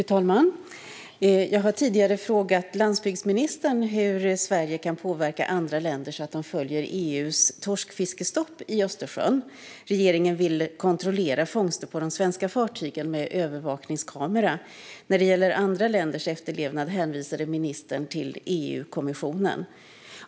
Fru talman! Jag har tidigare frågat landsbygdsministern hur Sverige kan påverka andra länder så att de följer EU:s torskfiskestopp i Östersjön. Regeringen ville kontrollera fångster på de svenska fartygen med övervakningskameror, och gällande andra länders efterlevnad hänvisade ministern till EU-kommissionen.